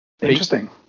interesting